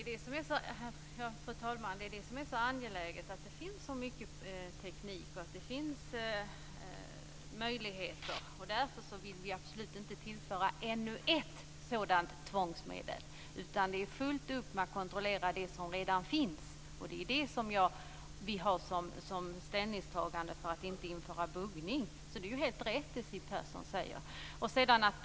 Fru talman! Det är därför som det är så angeläget, eftersom det finns så mycket teknik och möjligheter. Därför vill vi absolut inte tillföra ännu ett sådant tvångsmedel. Man har fullt upp med att kontrollera det som redan finns. Det är därför som vi har gjort vårt ställningstagande om att inte införa buggning. Så det som Siw Persson säger är helt rätt.